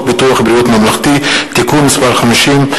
ביטוח בריאות ממלכתי (תיקון מס' 50),